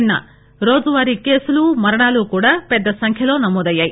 నిన్న రోజూ వారీ కేసులు మరణాలు కూడా పెద్ద సంఖ్యలో నమోదయ్యాయి